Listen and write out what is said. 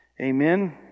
Amen